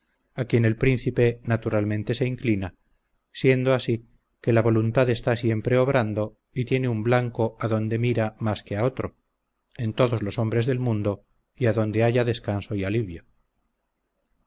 a quien el príncipe naturalmente se inclina siendo así que la voluntad está siempre obrando y tiene un blanco adonde mira más que a otro en todos los hombres del mundo y adonde halla descanso y alivio